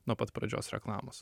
nuo pat pradžios reklamos